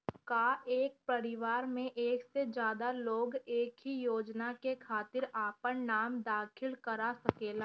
का एक परिवार में एक से ज्यादा लोग एक ही योजना के खातिर आपन नाम दाखिल करा सकेला?